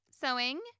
sewing